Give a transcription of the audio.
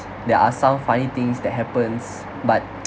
there are some funny things that happens but